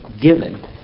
given